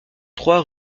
trois